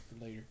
later